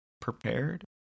prepared